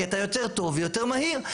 כי אתה יותר טוב ויותר מהיר.